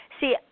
see